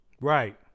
right